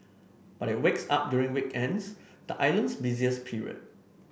but it wakes up during weekends the island's busiest period